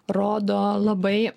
rodo labai